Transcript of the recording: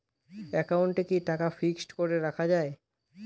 একাউন্টে কি টাকা ফিক্সড করে রাখা যায়?